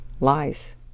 lies